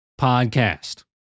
podcast